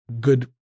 good